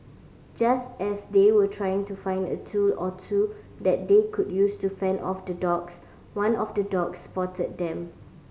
just as they were trying to find a tool or two that they could use to fend off the dogs one of the dogs spotted them